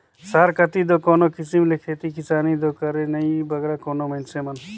सहर कती दो कोनो किसिम ले खेती किसानी दो करें नई बगरा कोनो मइनसे मन